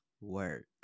work